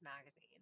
magazine